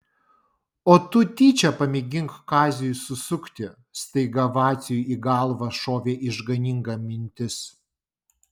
o tu tyčia pamėgink kaziui susukti staiga vaciui į galvą šovė išganinga mintis